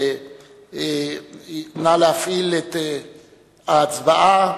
נא להפעיל את ההצבעה.